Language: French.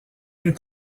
est